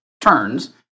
turns